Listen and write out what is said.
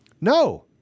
No